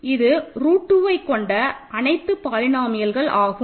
இது ரூட் 2வை கொண்ட அனைத்து பாலினோமியல்கள் ஆகும்